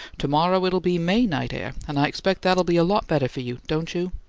to-morrow it'll be may night air, and i expect that'll be a lot better for you, don't you?